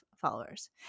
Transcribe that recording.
followers